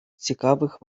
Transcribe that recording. цікавих